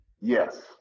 Yes